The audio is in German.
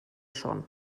schon